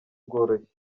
bworoshye